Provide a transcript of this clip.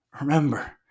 remember